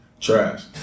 trash